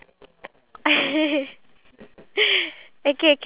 oh ya and my performance as well